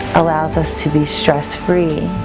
allows us to be stress-free.